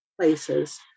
places